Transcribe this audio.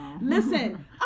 Listen